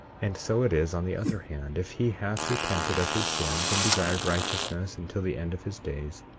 and so it is on the other hand. if he hath repented of his sins, and desired righteousness until the end of his days,